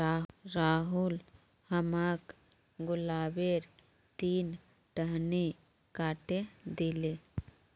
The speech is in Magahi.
राहुल हमाक गुलाबेर तीन टहनी काटे दिले